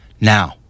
Now